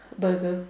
burger